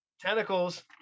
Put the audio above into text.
Tentacles